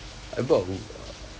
I bought